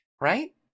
Right